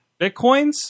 bitcoins